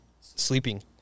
sleeping